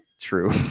true